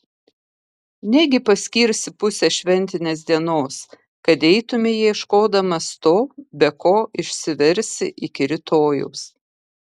negi paskirsi pusę šventinės dienos kad eitumei ieškodamas to be ko išsiversi iki rytojaus